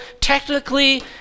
Technically